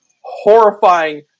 horrifying